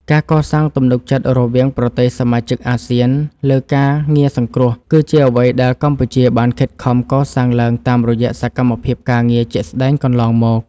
ការកសាងទំនុកចិត្តរវាងប្រទេសសមាជិកអាស៊ានលើការងារសង្គ្រោះ គឺជាអ្វីដែលកម្ពុជាបានខិតខំកសាងឡើងតាមរយៈសកម្មភាពការងារជាក់ស្តែងកន្លងមក។